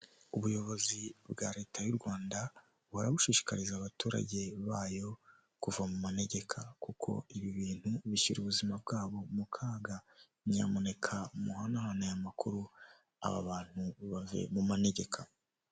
Ubuyobozi bwa leta y'u Rwanda buhora bushishikariza abaturage bayo kuva mu megeka kuko ibi bintu bishyira ubuzima bwabo mu kaga, nyamuneka muhanahane aya makuru aba bantu bave mu manegeka.